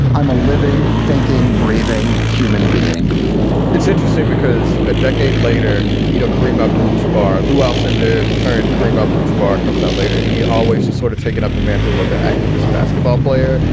i'm a living, thinking, breathing human being it's interesting because a decade later, you know, kareem abdul-jabbar, lew alcindor, current kareem abdul-jabbar comes out later. he always has sort of taken up the mantle of the activist basketball player.